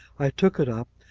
i took it up,